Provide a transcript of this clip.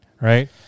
right